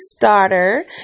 daughter